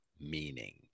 meaning